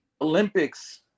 Olympics